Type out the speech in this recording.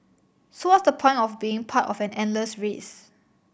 so what's the point of being part of an endless race